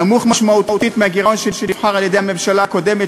נמוך משמעותית מהגירעון שנבחר על-ידי הממשלה הקודמת,